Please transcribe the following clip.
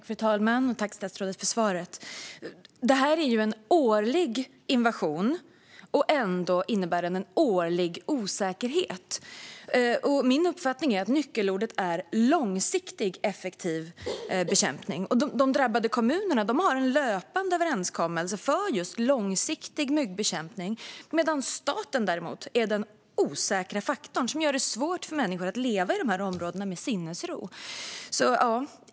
Fru talman! Tack, statsrådet, för svaret! Detta är ju en årlig invasion, och ändå innebär den en årlig osäkerhet. Min uppfattning är att nyckelorden är långsiktigt effektiv bekämpning. De drabbade kommunerna har en löpande överenskommelse om just långsiktig myggbekämpning medan staten, däremot, är den osäkra faktor som gör det svårt för människor att leva i dessa områden med sinnesro.